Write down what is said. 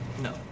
no